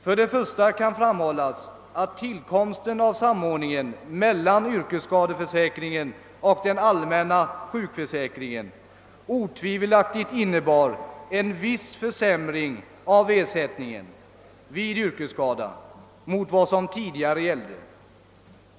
Häremot kan bl.a. invändas att tillkomsten av samordningen mellan yrkesskadeförsäkringen och den allmänna sjukförsäkringen otvivelaktigt innebar en viss försämring av ersättningen vid yrkesskada, jämfört med vad som tidigare gällde.